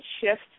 shift